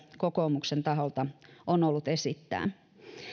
kokoomuksen taholta on ollut esittää kuten heinonen osasi